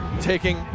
taking